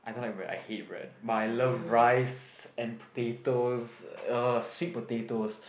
I don't like bread I hate bread but I love rice and potatoes ugh sweet potatoes